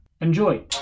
enjoy